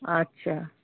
আচ্ছা